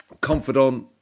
confidant